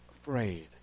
afraid